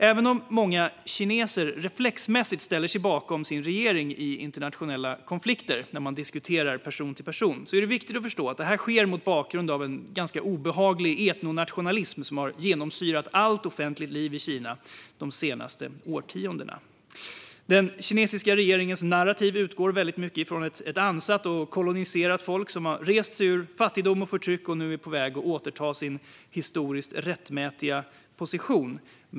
Även om många kineser reflexmässigt ställer sig bakom sin regering i internationella konflikter, när man diskuterar person till person, är det viktigt att förstå att det sker mot bakgrund av en ganska obehaglig etnonationalism som genomsyrat allt offentligt liv i Kina de senaste årtiondena. Den kinesiska regeringens narrativ utgår till stor del från ett ansatt och koloniserat folk som har rest sig ur fattigdom och förtryck och som nu är på väg att återta sin historiskt rättmätiga position.